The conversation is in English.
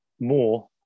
more